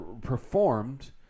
performed